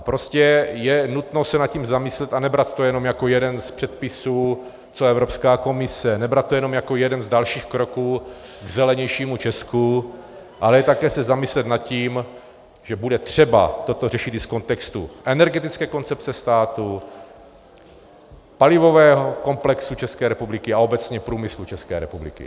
Prostě je nutno se nad tím zamyslet a nebrat to jenom jako jeden z předpisů Evropské komise, nebrat to jenom jako jeden z dalších kroků k zelenějšímu Česku, ale také se zamyslet nad tím, že bude třeba toto řešit i z kontextu energetické koncepce státu, palivového komplexu České republiky a obecně průmyslu České republiky.